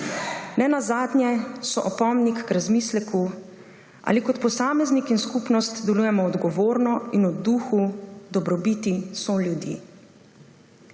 Ne nazadnje so opomnik k razmisleku, ali kot posamezniki in skupnost delujemo odgovorno in v duhu dobrobiti soljudi.